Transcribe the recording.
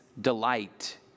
delight